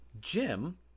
Jim